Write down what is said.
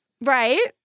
Right